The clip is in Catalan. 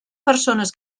persones